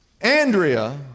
Andrea